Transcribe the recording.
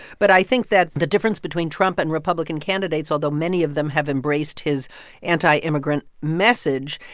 but i think that the difference between trump and republican candidates, although many of them have embraced his anti-immigrant message,